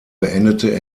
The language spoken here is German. beendete